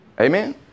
Amen